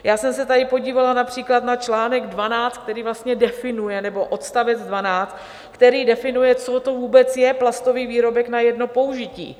Já jsem se tady podívala například na článek 12, který definuje... nebo odstavec 12, který definuje, co to vůbec je plastový výrobek na jedno použití.